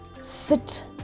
sit